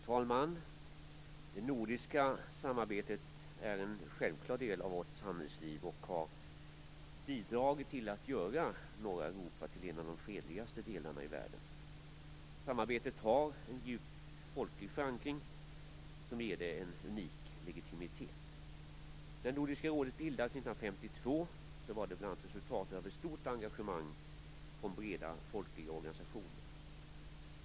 Fru talman! Det nordiska samarbetet är en självklar del av vårt samhällsliv och har bidragit till att göra norra Europa till en av de fredligaste delarna i världen. Samarbetet har en djup folklig förankring, som ger det en unik legitimitet. När Nordiska rådet bildades 1952 var det bl.a. resultatet av ett stort engagemang från breda folkliga organisationer.